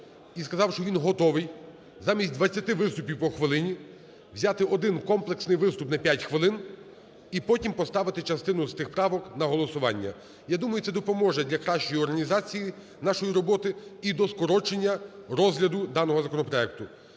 і сказав, що він готовий замість 20 виступів по хвилині взяти один комплексний виступ на 5 хвилин і потім поставити частину з тих правок на голосування. Я думаю, це допоможе для кращої організації нашої роботи і до скорочення розгляду даного законопроекту.